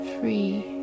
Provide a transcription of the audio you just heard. free